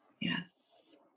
Yes